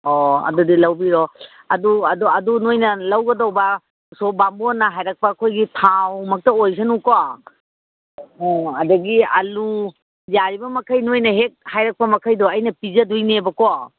ꯑꯣ ꯑꯗꯨꯗꯤ ꯂꯧꯕꯤꯔꯣ ꯑꯗꯨ ꯅꯈꯣꯏꯅ ꯂꯧꯒꯗꯧꯕ ꯎꯁꯣꯞ ꯕꯥꯃꯣꯟꯅ ꯍꯥꯏꯔꯛꯄ ꯑꯩꯈꯣꯏꯒꯤ ꯊꯥꯎ ꯃꯛꯇ ꯑꯣꯏꯁꯅꯨꯀꯣ ꯑꯣ ꯑꯗꯒꯤ ꯑꯥꯂꯨ ꯌꯥꯔꯤꯕꯃꯈꯩ ꯅꯈꯣꯏꯅ ꯍꯦꯛ ꯍꯥꯏꯔꯛꯄ ꯃꯈꯩꯗꯣ ꯑꯩꯅ ꯄꯤꯖꯒꯗꯣꯏꯅꯦꯕꯀꯣ